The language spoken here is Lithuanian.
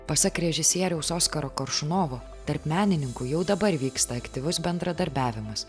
pasak režisieriaus oskaro koršunovo tarp menininkų jau dabar vyksta aktyvus bendradarbiavimas